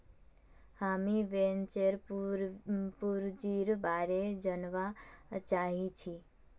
हामीं वेंचर पूंजीर बारे जनवा चाहछी